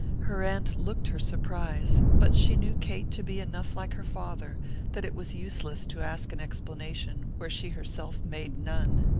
her aunt looked her surprise, but she knew kate to be enough like her father that it was useless to ask an explanation where she herself made none.